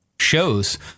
shows